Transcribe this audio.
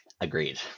Agreed